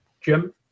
Jim